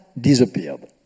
disappeared